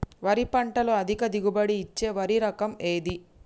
వరి పంట లో అధిక దిగుబడి ఇచ్చే వరి రకం ఏది?